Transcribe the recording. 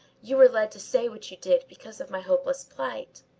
you were led to say what you did because of my hopeless plight.